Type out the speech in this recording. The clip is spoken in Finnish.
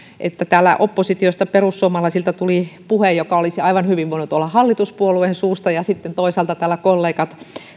että täällä oppositiosta perussuomalaisilta tuli puhe joka olisi aivan hyvin voinut tulla hallituspuolueen suusta ja sitten toisaalta täällä kollegat